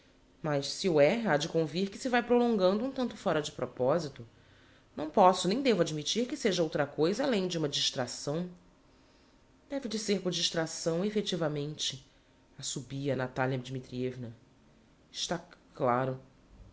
mas se o é ha de convir que se vae prolongando um tanto fora de proposito não posso nem devo admitir que seja outra coisa além de uma distracção deve de ser por distracção efectivamente assobia a natalia dmitrievna e stá c claro